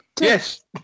Yes